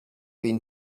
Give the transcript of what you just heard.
been